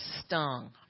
stung